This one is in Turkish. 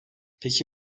peki